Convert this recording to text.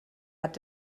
hat